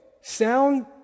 Sound